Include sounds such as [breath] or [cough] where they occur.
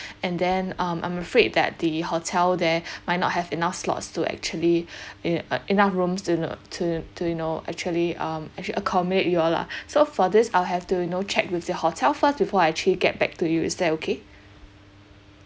and then um I'm afraid that the hotel there [breath] might not have enough slots to actually [breath] e~ uh enough rooms to kno~ to to you know actually um actually accommodate you all lah [breath] so for this I'll have to you know check with the hotel first before I actually get back to you is that okay